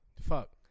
fuck